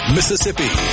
Mississippi